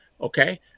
Okay